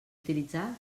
utilitzar